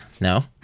No